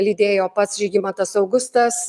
lydėjo pats žygimantas augustas